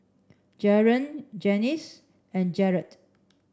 Jaren Janis and Garret